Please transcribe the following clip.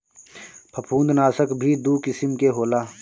फंफूदनाशक भी दू किसिम के होला